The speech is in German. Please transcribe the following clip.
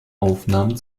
aufnahmen